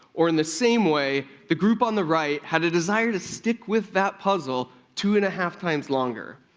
or in the same way the group on the right had a desire to stick with that puzzle two and a half times longer.